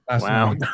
Wow